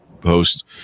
Post